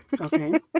Okay